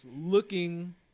looking